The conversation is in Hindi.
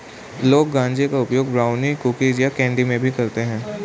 लोग गांजे का उपयोग ब्राउनी, कुकीज़ या कैंडी में भी करते है